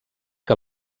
que